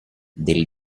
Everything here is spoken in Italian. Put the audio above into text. del